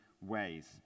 ways